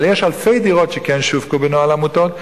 אבל יש אלפי דירות שכן שווקו בנוהל עמותות,